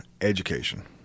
education